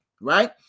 right